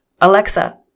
Alexa